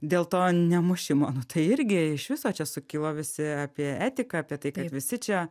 dėl to nemušimo nu tai irgi iš viso čia sukilo visi apie etiką apie tai kad visi čia